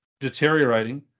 deteriorating